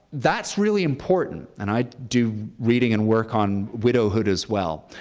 that's really important, and i do reading and work on widowhood as well.